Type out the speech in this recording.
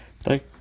Thank